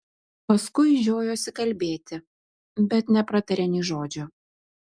paskui žiojosi kalbėti bet nepratarė nė žodžio